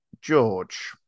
George